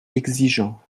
exigeant